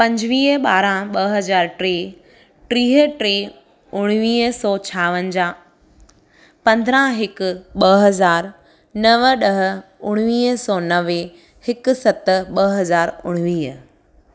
पंजुवीह ॿारहं ॿ हज़ार टे टीह टे उणिवींह सौ छावंजाहु पंद्रहं हिकु ॿ हज़ार नव ॾह उणिवींह सौ नवे हिकु सत ॿ हज़ार उणिवींह